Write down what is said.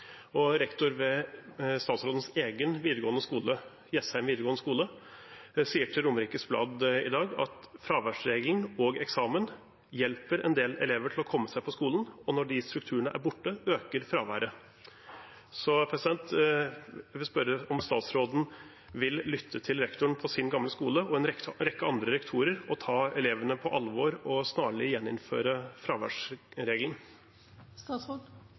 ved statsrådens egen videregående skole, Jessheim videregående skole, sier i dag til Romerikes Blad: «Fraværsregelen og eksamen hjelper en del elever til å komme seg på skolen, og når de strukturene er borte øker fraværet» Jeg vil spørre om statsråden vil lytte til rektoren på sin gamle skole og en rekke andre rektorer, ta elevene på alvor og snarlig gjeninnføre